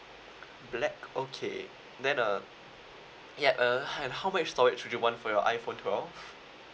black okay then uh yet uh han~ how much storage would you want for your iphone twelve